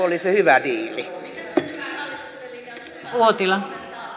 oli se hyvä diili